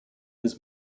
his